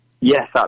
Yes